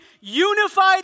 unified